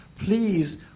Please